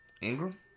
Ingram